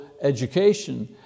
education